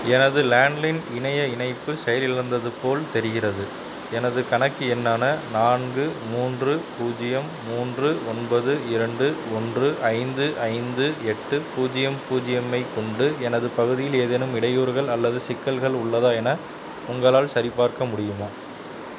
எனது லேண்ட்லைன் இணைய இணைப்பு செயலிழந்தது போல் தெரிகிறது எனது கணக்கு எண்ணான நான்கு மூன்று பூஜ்ஜியம் மூன்று ஒன்பது இரண்டு ஒன்று ஐந்து ஐந்து எட்டு பூஜ்ஜியம் பூஜ்ஜியமை கொண்டு எனது பகுதியில் ஏதேனும் இடையூறுகள் அல்லது சிக்கல்கள் உள்ளதா என உங்களால் சரிபார்க்க முடியுமா